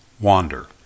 wander